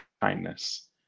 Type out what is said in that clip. kindness